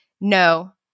no